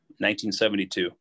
1972